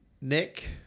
Nick